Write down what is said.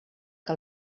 que